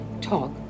talk